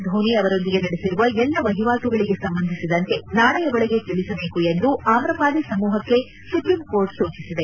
ಧೋನಿ ಅವರೊಂದಿಗೆ ನಡೆಸಿರುವ ಎಲ್ಲ ವಹಿವಾಟುಗಳಿಗೆ ಸಂಬಂಧಿಸಿದಂತೆ ನಾಳೆಯ ಒಳಗೆ ತಿಳಿಸಬೇಕು ಎಂದು ಅಮ್ರಪಾಲಿ ಸಮೂಹಕ್ಕೆ ಸುಪ್ರೀಂಕೋರ್ಟ್ ಸೂಚಿಸಿದೆ